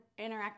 Interactive